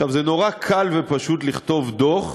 עכשיו, זה נורא קל ופשוט לכתוב דוח,